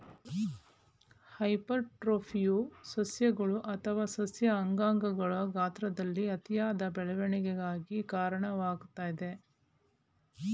ಹೈಪರ್ಟ್ರೋಫಿಯು ಸಸ್ಯಗಳು ಅಥವಾ ಸಸ್ಯ ಅಂಗಗಳ ಗಾತ್ರದಲ್ಲಿ ಅತಿಯಾದ ಬೆಳವಣಿಗೆಗೆ ಕಾರಣವಾಗ್ತದೆ